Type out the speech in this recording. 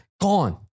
gone